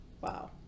wow